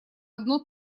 одно